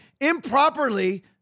improperly